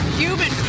human